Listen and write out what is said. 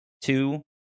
two